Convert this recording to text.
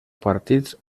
partits